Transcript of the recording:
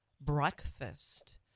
breakfast